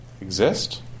exist